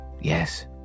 Yes